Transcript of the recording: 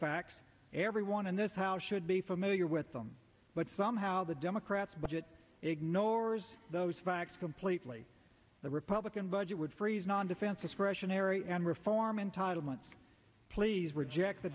facts everyone in this house should be familiar with them but somehow the democrats budget ignores those facts completely the republican budget would freeze non defense discretionary and reform entitlements please reject the